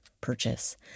purchase